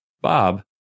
Bob